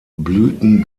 blüten